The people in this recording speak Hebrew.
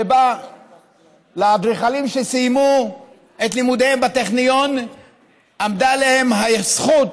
שבה לאדריכלים שסיימו את לימודיהם בטכניון עמדה הזכות